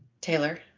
Taylor